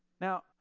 Now